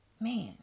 man